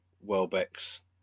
Welbeck's